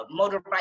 motorbike